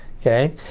okay